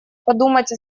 подумать